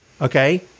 okay